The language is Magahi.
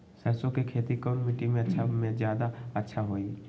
सरसो के खेती कौन मिट्टी मे अच्छा मे जादा अच्छा होइ?